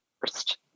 first